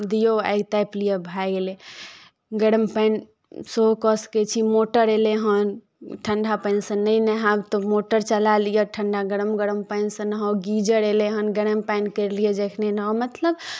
दियौ आगि तापि लिअ भए गेलै गरम पानि सेहो कऽ सकै छी मोटर अयलै हन ठंडा पानि सँ नहि नहाउ तऽ मोटर चला लिअ ठंडा गरम गरम पानि सँ नहाउ गीजर एलै हन गरम पानि करि लिअ जखने नहाउ मतलब